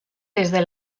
desde